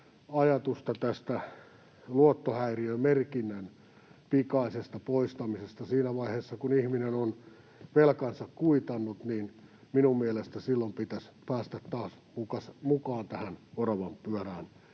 ajatusta luottohäiriömerkinnän pikaisesta poistamisesta. Siinä vaiheessa, kun ihminen on velkansa kuitannut, minun mielestäni pitäisi päästä taas mukaan tähän oravanpyörään.